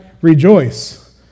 Rejoice